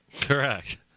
Correct